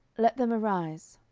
let them arise.